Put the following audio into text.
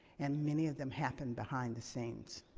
and many of them happen behind the scenes.